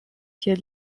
hier